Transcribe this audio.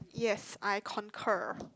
yes I concur